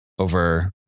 Over